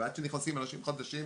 ועד שנכנסים אנשים חדשים.